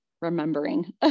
remembering